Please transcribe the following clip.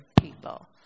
people